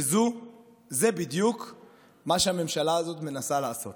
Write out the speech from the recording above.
וזה בדיוק מה שהממשלה הזאת מנסה לעשות.